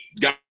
got